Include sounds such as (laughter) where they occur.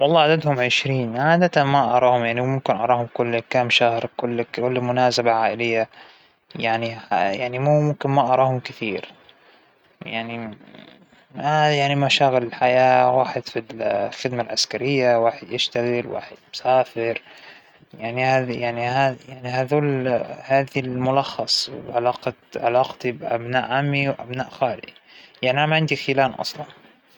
بعد عشرسنوات أتمنى إنى أكون ناجحة بشغلى، (hesitation) أطفالى يكونوا بأحسن حال، كل اللى بحبهم يكونوا محاوطنى، مااا أفتقد أى شخص أحبه يارب، (hesitation) أكون وصلت لاحلامى أكون راضى عن حالى، أكون قريبة من ربى، (hesitation) مأبى أكون شخصية مزعجة، أو شخصية مو ناجحة أبداً.